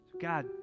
God